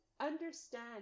understand